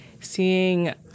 seeing